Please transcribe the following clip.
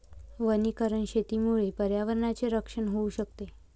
वनीकरण शेतीमुळे पर्यावरणाचे रक्षण होऊ शकते